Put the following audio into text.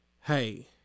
hey